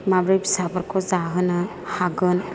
माबोरै फिसाफोरखौ जाहोनो हागोन